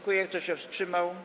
Kto się wstrzymał?